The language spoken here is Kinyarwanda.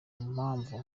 mpamvu